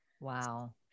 Wow